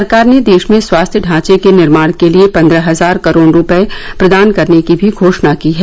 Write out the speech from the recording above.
सरकार ने देश में स्वास्थ्य ढांचे के निर्माण के लिए पंद्रह हजार करोड़ रुपये प्रदान करने की भी घोषणा की है